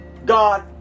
god